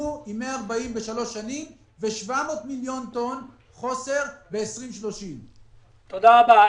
אנחנו נהיה עם חוסר של 700 מיליון טון בשנת 2030. תודה רבה.